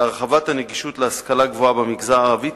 להרחבת הנגישות להשכלה גבוהה במגזר הערבי,